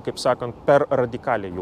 kaip sakant per radikaliai